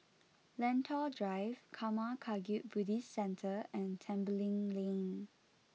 Lentor Drive Karma Kagyud Buddhist Centre and Tembeling Lane